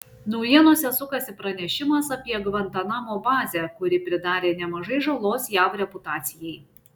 naujienose sukasi pranešimas apie gvantanamo bazę kuri pridarė nemažai žalos jav reputacijai